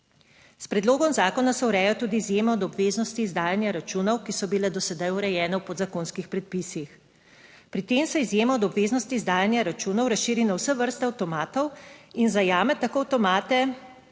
S predlogom zakona se ureja tudi izjeme od obveznosti izdajanja računov, ki so bile do sedaj urejene v podzakonskih predpisih. Pri tem se izjema od obveznosti izdajanja računov razširi na vse vrste avtomatov in zajame tako avtomate